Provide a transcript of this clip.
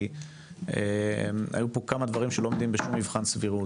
כי היו פה כמה דברים שלא עומדים בשום מבחן סבירות.